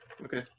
Okay